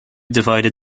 divided